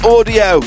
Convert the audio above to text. Audio